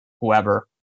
whoever